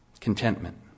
Contentment